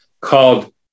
called